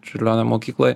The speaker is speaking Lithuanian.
čiurlionio mokykloj